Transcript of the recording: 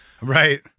Right